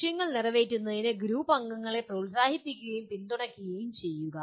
ലക്ഷ്യങ്ങൾ നിറവേറ്റുന്നതിന് ഗ്രൂപ്പ് അംഗങ്ങളെ പ്രോത്സാഹിപ്പിക്കുകയും പിന്തുണയ്ക്കുകയും ചെയ്യുക